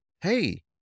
Hey